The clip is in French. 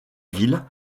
ville